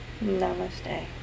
Namaste